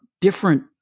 different